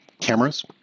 cameras